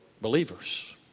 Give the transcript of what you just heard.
believers